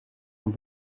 een